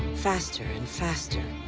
faster and faster.